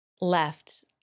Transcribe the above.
left